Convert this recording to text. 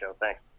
Thanks